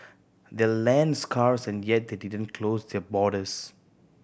they're land scarce and yet they didn't close their borders